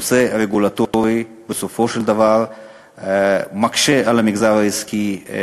הנושא הרגולטורי בסופו של דבר מקשה על המגזר העסקי,